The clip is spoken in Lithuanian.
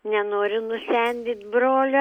nenoriu nusendyt brolio